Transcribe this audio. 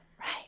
Right